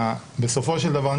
בסופו של דבר,